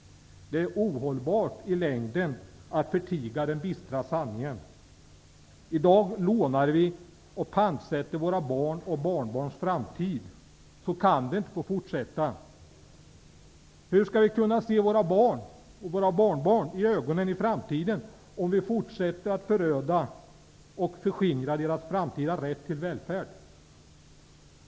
Det är ohållbart i längden att förtiga den bistra sanningen. I dag lånar vi och pantsätter våra barns och barnbarns framtid. Så kan det inte få fortsätta. Hur skall vi kunna se våra barn och barnbarn i ögonen i framtiden om vi fortsätter att föröda och förskingra deras framtida rätt till välfärd?